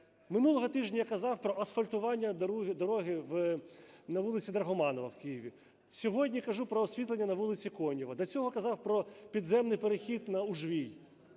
Минулого тижня я казав про асфальтування дороги на вулиці Драгоманова в Києві. Сьогодні кажу про освітлення на вулиці Конєва. До цього казав про підземний перехід на Ужвій.